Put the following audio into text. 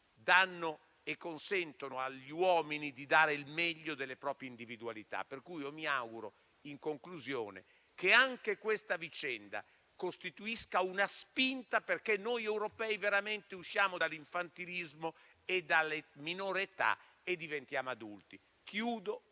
drammatici consentono agli uomini di dare il meglio delle proprie individualità. Mi auguro pertanto che anche questa vicenda costituisca una spinta perché noi europei veramente usciamo dall'infantilismo e dalla minore età per diventare adulti. Termino